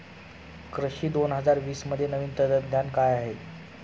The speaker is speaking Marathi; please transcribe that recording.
कृषी दोन हजार वीसमध्ये नवीन तंत्रज्ञान काय आहे?